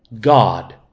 God